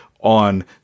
on